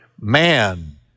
man